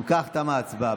אם כך, תמה ההצבעה.